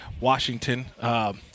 Washington